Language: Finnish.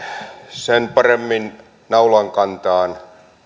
sen paremmin naulan kantaan